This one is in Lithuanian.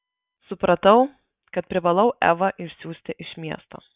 supratau kad privalau evą išsiųsti iš miesto